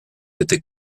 était